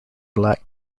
black